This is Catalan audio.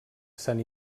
sant